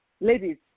ladies